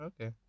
Okay